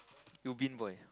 Ubin Boy